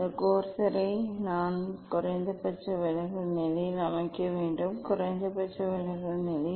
இந்த கோர்சரை நான் குறைந்தபட்ச விலகல் நிலையில் அமைக்க வேண்டும் குறைந்தபட்ச விலகல் நிலையில்